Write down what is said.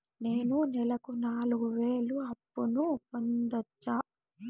నేను నెలకు నాలుగు వేలు అప్పును పొందొచ్చా?